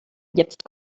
jetzt